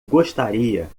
gostaria